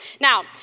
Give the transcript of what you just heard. Now